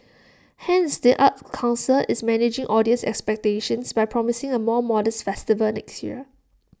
hence the arts Council is managing audience expectations by promising A more modest festival next year